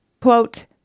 Quote